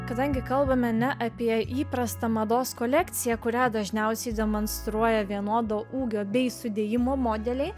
kadangi kalbame ne apie įprastą mados kolekciją kurią dažniausiai demonstruoja vienodo ūgio bei sudėjimo modeliai